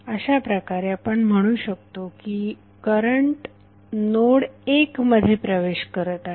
अशाप्रकारे आपण म्हणू शकतो की करंट नोड 1 मध्ये प्रवेश करत आहे